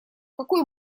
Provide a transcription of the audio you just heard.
какой